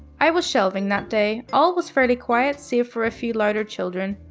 i was shelving that day, all was fairly quiet, save for a few louder children,